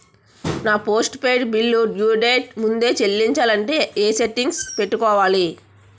నా post paid bill due date ముందే చెల్లించాలంటే ఎ సెట్టింగ్స్ పెట్టుకోవాలి?